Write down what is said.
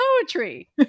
poetry